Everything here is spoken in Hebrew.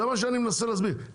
זה מה שאני מנסה להסביר,